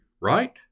right